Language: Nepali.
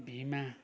भीमा